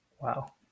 Wow